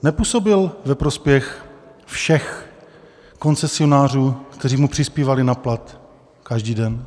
Nepůsobil ve prospěch všech koncesionářů, kteří mu přispívali na plat každý den.